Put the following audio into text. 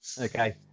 Okay